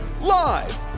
Live